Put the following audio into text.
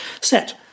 set